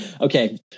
Okay